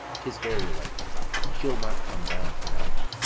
tis very late she'll not come down to-night.